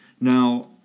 Now